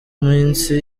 iminsi